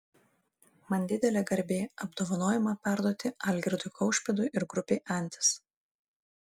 man didelė garbė apdovanojimą perduoti algirdui kaušpėdui ir grupei antis